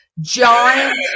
giant